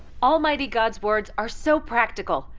almighty god's words are so practical!